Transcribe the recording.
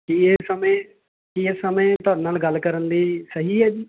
ਕੀ ਇਹ ਸਮੇਂ ਕੀ ਇਹ ਸਮੇਂ ਤੁਹਾਡੇ ਨਾਲ ਗੱਲ ਕਰਨ ਲਈ ਸਹੀ ਹੈ ਜੀ